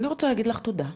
אני רוצה להגיד לך תודה.